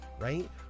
right